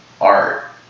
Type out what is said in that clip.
art